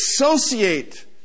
associate